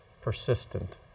persistent